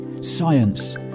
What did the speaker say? science